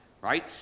Right